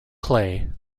clay